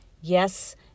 Yes